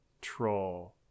troll